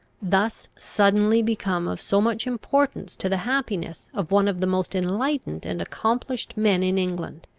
thus suddenly become of so much importance to the happiness of one of the most enlightened and accomplished men in england.